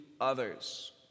others